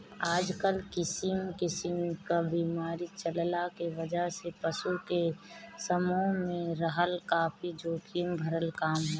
आजकल किसिम किसिम क बीमारी चलला के वजह से पशु के समूह में रखल काफी जोखिम भरल काम ह